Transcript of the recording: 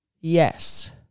Yes